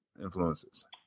influences